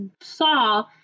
saw